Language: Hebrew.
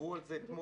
דיברו על זה אתמול